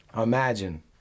Imagine